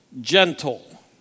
gentle